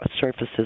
surfaces